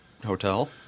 Hotel